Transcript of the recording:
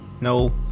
No